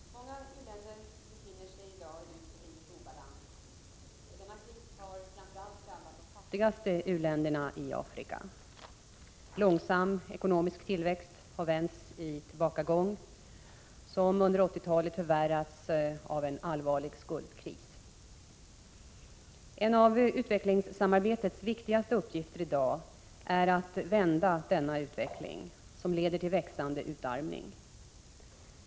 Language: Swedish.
Herr talman! Många u-länder befinner sig i dag i djup kris och obalans. Denna kris har framför allt drabbat de fattigaste u-länderna i Afrika. Långsam ekonomisk tillväxt har vänts i en tillbakagång, som under 1980-talet har förvärrats av en allvarlig skuldkris. En av utvecklingssamarbetets viktigaste uppgifter i dag är att vända denna utveckling, som leder till växande utarmning.